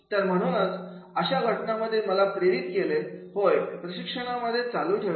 तर म्हणूनच अशा घटनांनी मला प्रेरित केले होय प्रशिक्षणामध्ये चालू ठेवूया